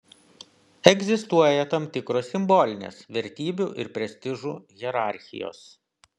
egzistuoja tam tikros simbolinės vertybių ir prestižų hierarchijos